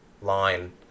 line